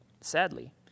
Sadly